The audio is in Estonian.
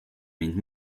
mind